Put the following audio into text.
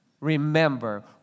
Remember